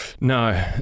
No